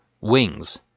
Wings